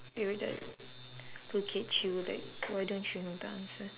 they will tell y~ look at you like why don't you know the answer